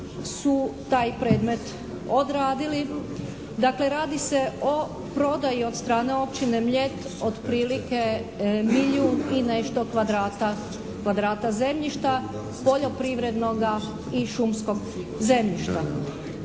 su taj predmet odradili. Dakle radi se o prodaji od strane općine Mljet otprilike milijun i nešto kvadrata zemljišta, poljoprivrednoga i šumskog zemljišta.